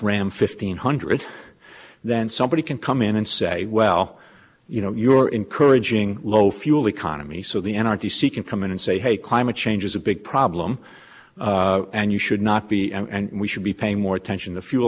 ram fifteen hundred then somebody can come in and say well you know you're encouraging low fuel economy so the n r d c can come in and say hey climate change is a big problem and you should not be and we should be paying more attention to fuel